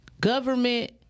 government